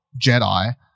Jedi